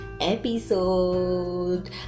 episode